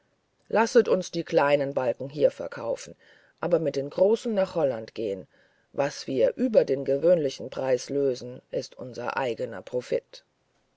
lasset uns die kleinen balken hier verkaufen und mit den großen nach holland gehen was wir über den gewöhnlichen preis lösen ist unser eigener profit